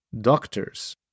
doctors